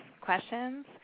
questions